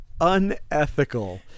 unethical